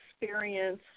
experience